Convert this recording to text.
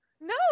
no